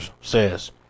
says